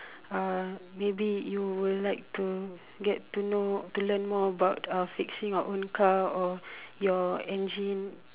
uh maybe you will like to get to to learn more about uh fixing your own car or your engine